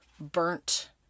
burnt